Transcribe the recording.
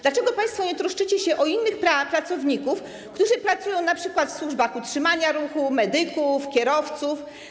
Dlaczego państwo nie troszczycie się o innych pracowników, którzy pracują np. w służbach utrzymania ruchu, o medyków, kierowców?